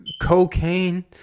cocaine